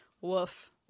woof